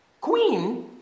queen